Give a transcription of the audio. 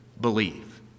believe